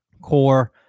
core